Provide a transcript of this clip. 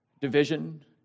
division